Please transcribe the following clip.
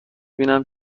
بینم